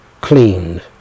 cleaned